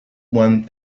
one